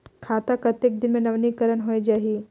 खाता कतेक दिन मे नवीनीकरण होए जाहि??